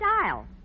style